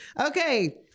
Okay